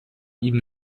ihm